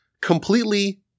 completely